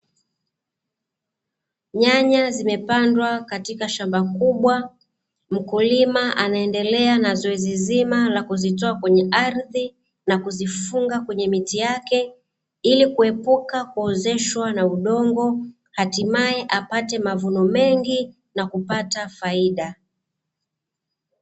Nyanya zimepandwa katika shamba kubwa, mkulima anaendelea na zoezi zima la kuzitoa kwenye ardhi na kuzifunga kwenye miti yake, ili kuepuka kuozeshwa na udongo hatimaye apate mavuno mengi na kupata faida.